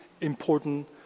important